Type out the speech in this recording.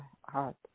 heart